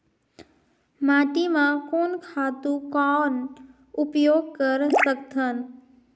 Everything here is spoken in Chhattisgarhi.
माटी म कोन खातु कौन उपयोग कर सकथन?